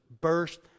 burst